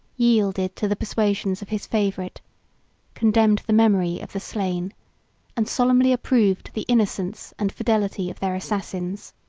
yielded to the persuasions of his favorite condemned the memory of the slain and solemnly approved the innocence and fidelity of their assassins.